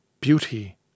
Beauty